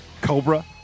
Cobra